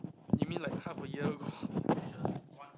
you mean like half a year ago